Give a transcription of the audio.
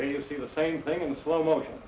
you see the same thing in slow motion